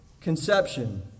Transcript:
conception